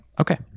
Okay